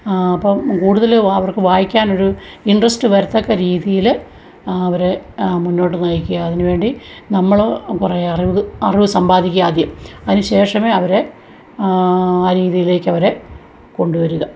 അപ്പോള് കൂടുതല് അവർക്ക് വായിക്കാനൊരു ഇൻട്രസ്റ്റ് വരത്തക്ക രീതിയില് അവരെ മുന്നോട്ട് നയിക്കുക അതിനുവേണ്ടി നമ്മള് കുറേ അറിവ് അറിവ് സമ്പാദിക്കാദ്യം അതിന് ശേഷമേ അവരെ ആ രീതിയിലേക്കവരെ കൊണ്ടുവരിക